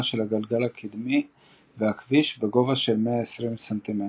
של הגלגל הקדמי והכביש ובגובה של 120 ס"מ.